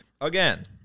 again